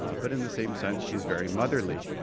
but in the same sense she's very motherly.